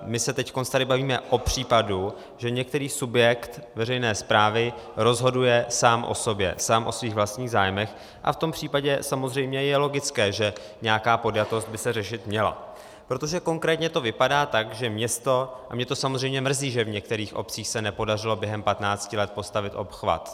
My se teď bavíme o případu, že některý subjekt veřejné správy rozhoduje sám o sobě, sám o svých vlastních zájmech, a v tom případě je samozřejmě logické, že nějaká podjatost by se řešit měla, protože konkrétně to vypadá tak a mě to samozřejmě mrzí, že v některých obcích se nepodařilo během patnácti let postavit obchvat.